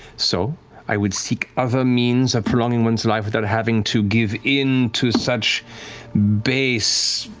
so i would seek other means of prolonging one's life without having to give in to such base,